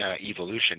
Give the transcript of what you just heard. evolution